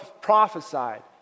prophesied